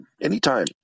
anytime